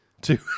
Two